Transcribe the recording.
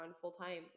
full-time